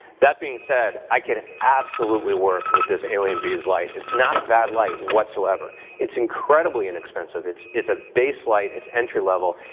that being said, i could absolutely work with this alienbees light, it's not a bad light whatsoever. it's incredibly inexpensive, it's a base light, it's entry level,